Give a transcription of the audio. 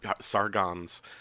Sargon's